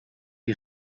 die